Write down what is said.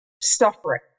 suffering